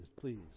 please